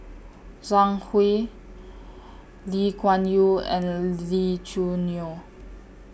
Zhang Hui Lee Kuan Yew and Lee Choo Neo